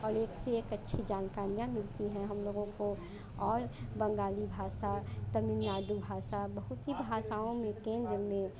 और एक से एक अच्छी जानकारियाँ मिलती हैं हम लोगों को और बंगाली भाषा तमिलनाडु भाषा बहुत सी भाषाओं में केंद्र में